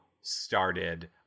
started